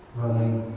running